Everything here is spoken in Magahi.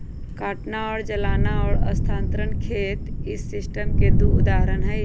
काटना और जलाना और स्थानांतरण खेत इस सिस्टम के दु उदाहरण हई